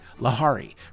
Lahari